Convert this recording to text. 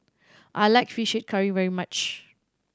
I like Fish Head Curry very much